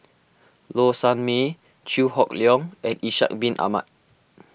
Low Sanmay Chew Hock Leong and Ishak Bin Ahmad